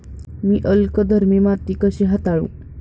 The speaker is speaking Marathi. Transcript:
मी अल्कधर्मी माती कशी हाताळू?